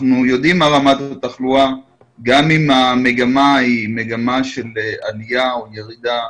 אנחנו יודעים מה רמת התחלואה גם אם המגמה היא מגמה של עלייה או ירידה,